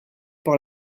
par